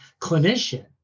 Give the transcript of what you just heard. clinician